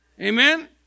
Amen